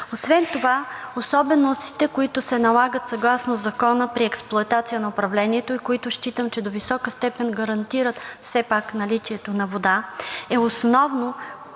Освен това особеностите, които се налагат съгласно Закона при експлоатация на управлението и които считам, че до висока степен гарантират все пак наличието на вода, е основно